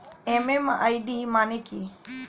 MMID মানে কি?